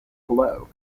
below